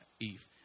Eve